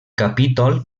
capítol